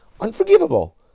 unforgivable